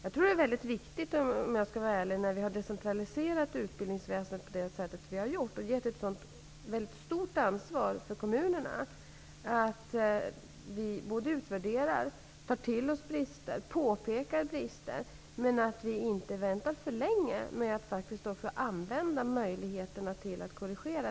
När vi har decentraliserat utbildningsväsendet på det sätt som vi har gjort och gett kommunerna ett så stort ansvar som vi gjort tror jag -- om jag skall vara ärlig -- att det är viktigt att vi utvärderar, tar till oss var det finns brister och påpekar dem men inte väntar för länge med att också använda möjligheterna att korrigera.